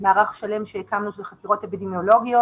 מערך שלם שהקמנו של חקירות אפידמיולוגיות.